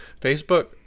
Facebook